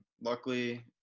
Luckily